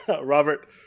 Robert